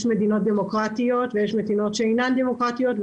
כי יש מדינות דמוקרטיות ויש מדינות שאינן דמוקרטיות.